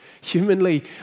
Humanly